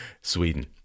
Sweden